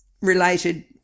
related